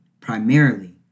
primarily